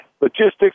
logistics